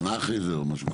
שנה אחרי זה או משהו.